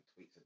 tweets